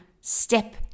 step